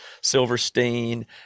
Silverstein